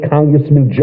Congressman